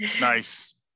Nice